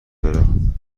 دارم